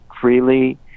freely